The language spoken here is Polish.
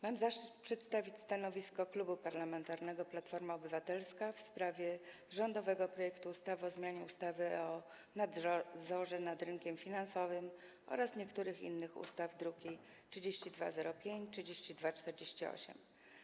Mam zaszczyt przedstawić stanowisko Klubu Parlamentarnego Platforma Obywatelska w sprawie rządowego projektu ustawy o zmianie ustawy o nadzorze nad rynkiem finansowym oraz niektórych innych ustaw, druki nr 3205 i 3248.